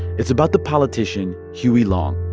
it's about the politician huey long.